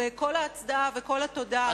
כל ההצדעה וכל התודה,